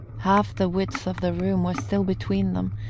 half the width of the room was still between them,